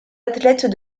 athlète